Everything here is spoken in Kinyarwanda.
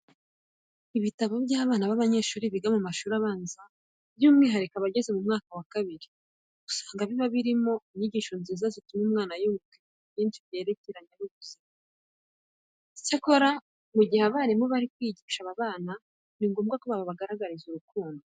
Ibitabo by'abana b'abanyeshuri biga mu mashuri abanza by'umwihariko abageze mu mwaka wa kabiri, usanga biba birimo inyigisho nziza zituma umwana yunguka ibintu byinshi byerekeranye n'ubuzima bwe. Icyakora mu gihe abarimu bari kwigisha aba bana ni ngombwa ko babagaragariza urukundo.